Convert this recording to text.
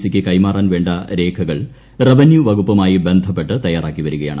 C യ്ക്ക് കൈമാറാൻ വേണ്ട രേഖകൾ റവന്യൂ വകുപ്പുമായി ബന്ധപ്പെട്ട് തയ്യാറാക്കി വരികയാണ്